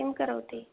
किं करोति